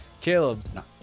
Caleb